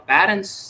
Parents